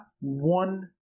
one